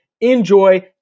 Enjoy